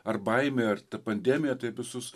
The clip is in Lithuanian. ar baimė ar pandemija taip visus